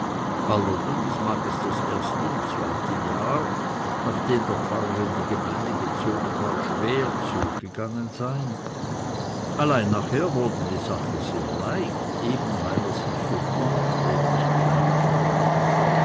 allerdings mag es das erste und zweite jahr nachdem der pfarrer in die gemeinde gezogen war schwer zugegangen sein allein nachher wurde die sache sehr leicht eben weil er sich so buchstäblich gleich